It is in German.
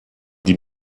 die